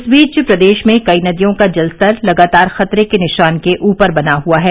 इस बीच प्रदेश में कई नदियों का जलस्तर लगातार खतरे के निशान के ऊपर बना हुआ है